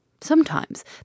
Sometimes